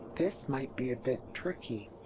this might be a bit tricky.